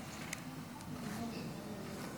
הצעת חוק הירושה (תיקון מס'